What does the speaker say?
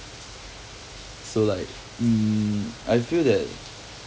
that so like mm I feel that